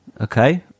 Okay